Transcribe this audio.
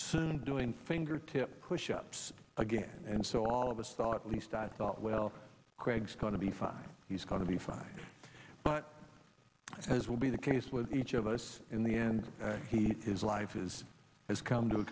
soon doing fingertip pushups again and so all of us thought least i thought well craig's going to be fine he's going to be fine but as will be the case with each of us in the end he his life is has come to a